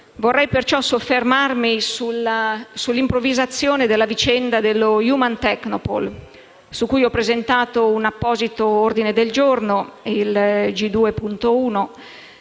vorrei perciò soffermarmi sull'improvvisazione della vicenda dello Human Tecnopole, su cui ho presentato un apposito ordine del giorno, il G2.1.